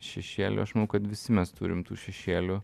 šešėlių kad visi mes turim tų šešėlių